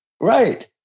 Right